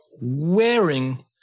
wearing